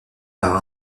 par